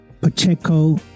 Pacheco